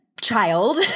child